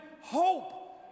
hope